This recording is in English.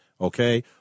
okay